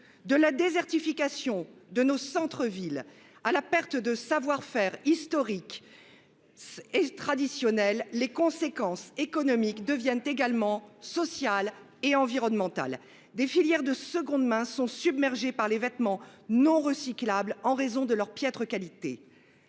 De la désertification de nos centres villes à la perte de savoir faire historiques et traditionnels, les conséquences économiques deviennent également sociales et environnementales. Des filières de seconde main sont submergées par des vêtements non recyclables en raison de leur piètre qualité.